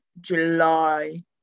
July